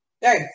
Hey